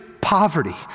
poverty